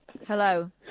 Hello